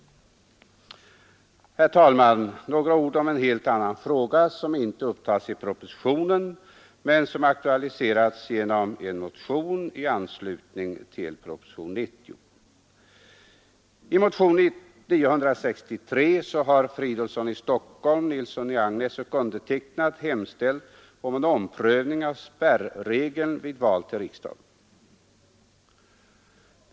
Herr talman! Så några ord om en helt annan fråga som inte upptas i propositionen 90 men som har aktualiserats i en motion i anslutning till propositionen. I motionen 963 har herr Fridolfsson i Stockholm, herr Nilsson i Agnäs och jag hemställt om en omprövning av spärregeln vid val till riksdagen.